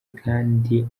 kandi